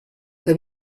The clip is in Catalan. que